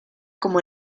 como